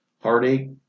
heartache